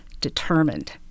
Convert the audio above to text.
determined